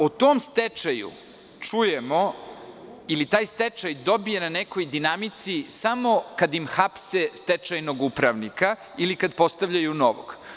O tom stečaju čujemo ili taj stečaj dobija na nekoj dinamici samo kad im hapse stečajnog upravnika ili kada postavljaju novog.